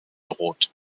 droht